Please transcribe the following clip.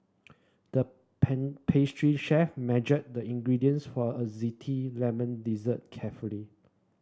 the pen pastry chef measured the ingredients for a lemon dessert carefully